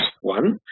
One